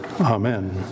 Amen